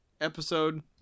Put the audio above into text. episode